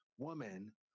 woman